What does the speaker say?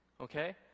Okay